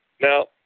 Now